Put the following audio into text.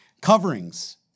Coverings